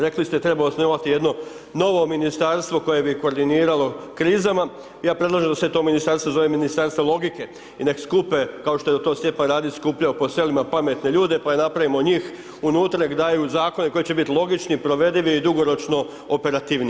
Rekli ste treba osnovati jedno novo ministarstvo koje bi koordiniralo krizama, ja predlažem da se to ministarstvo zove ministarstvo logike i nek skupe kao što je to Stjepan Radić skupljao po selima pametne ljude, pa napravimo od njih, unutra nek daju zakone koji će biti logični, provedivi i dugoročno operativniji.